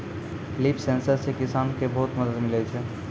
लिफ sensor से किसान के बहुत मदद मिलै छै